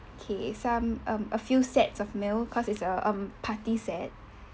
K some um a few sets of meal cause it's a um party set